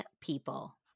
people